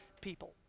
people